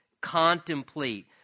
contemplate